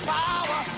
power